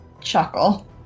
chuckle